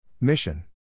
Mission